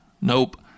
Nope